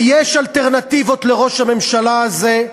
ויש אלטרנטיבות לראש הממשלה הזה,